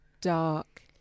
dark